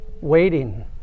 Waiting